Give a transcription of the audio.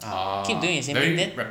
keep doing the same thing then